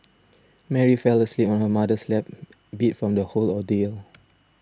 Mary fell asleep on her mother's lap beat from the whole ordeal